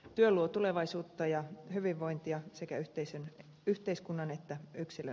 työ luo tulevaisuutta ja hyvinvointia sekä yhteiskunnan että yksilön tasolla